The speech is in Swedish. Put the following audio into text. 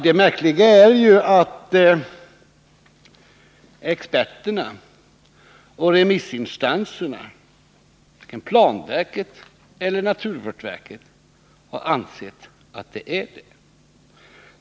Det märkliga är att varken experterna eller remissinstanserna, planverket och naturvårdsverket, har ansett att så är fallet.